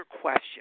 question